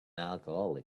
alcoholic